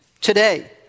Today